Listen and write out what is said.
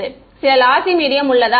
மாணவர் சில லாசி மீடியம் உள்ளதா